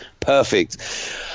Perfect